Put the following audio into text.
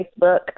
Facebook